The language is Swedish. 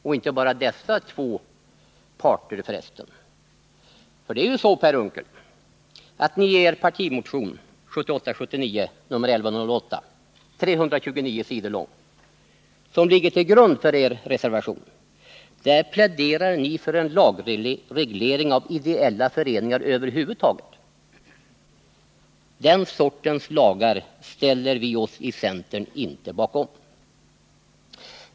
Och inte bara dessa två parter för resten, för det är ju så, Per Unckel, att ni i er partimotion 1978/79:1108, 329 sidor lång, vars avsnitt om dessa frågor ligger till grund för er reservation, pläderar för en lagreglering av ideella föreningar över huvud taget. Den sortens lagar ställer vi oss i centern inte bakom.